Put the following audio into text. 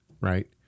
right